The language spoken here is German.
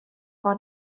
war